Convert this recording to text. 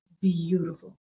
beautiful